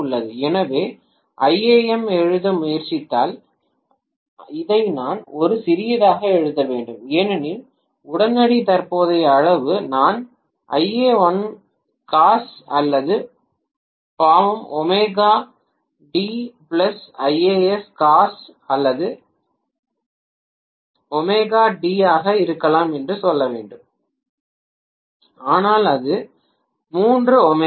எனவே iam எழுத முயற்சித்தால் இதை நான் ஒரு சிறியதாக எழுத வேண்டும் ஏனெனில் உடனடி தற்போதைய அளவு நான் ia1 காஸ் அல்லது பாவம் omega t plus ia3 cos அல்லது பாவம் ஒமேகா டி ஆக இருக்கலாம் என்று சொல்ல வேண்டும் ஆனால் அது 3 ஒமேகா டி